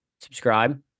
subscribe